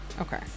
Okay